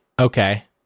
Okay